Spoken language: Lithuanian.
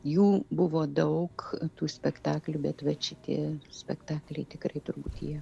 jų buvo daug tų spektaklių bet vat šitie spektakliai tikrai turbūt jie